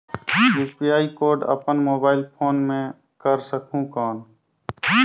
UPI code अपन mobile phone मे कर सकहुं कौन?